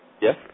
Yes